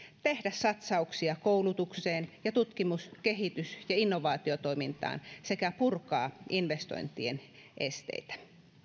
tehdä satsauksia koulutukseen ja tutkimus kehitys ja innovaatiotoimintaan sekä purkaa investointien esteitä